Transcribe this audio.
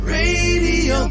Radio